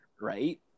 right